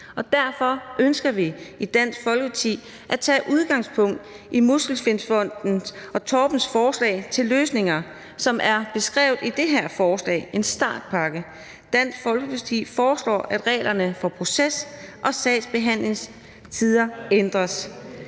derfor ønsker vi i Dansk Folkeparti at tage udgangspunkt i Muskelsvindfondens og Torbens forslag til løsninger, som er beskrevet i det her forslag til en startpakke. Dansk Folkeparti foreslår, at reglerne for proces og sagsbehandlingstider ændres.